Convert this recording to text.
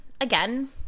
again